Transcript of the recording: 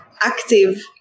active